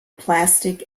plastic